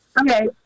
Okay